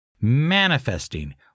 manifesting